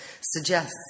suggests